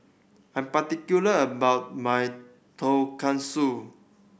I'm particular about my Tonkatsu